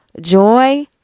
Joy